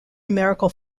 numerical